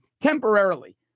Temporarily